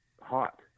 hot